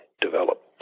develop